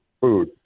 food